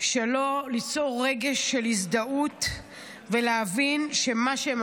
שלא ליצור רגש של הזדהות ולהבין שמה שהם